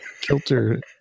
kilter